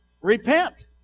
Repent